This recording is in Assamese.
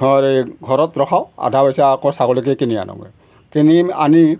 ঘৰ এই ঘৰত ৰখাওঁ আধা পইচা আকৌ ছাগলীকে কিনি আনোগৈ কিনি আনি